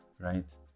right